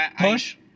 push